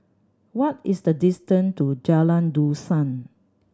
what is the distant to Jalan Dusun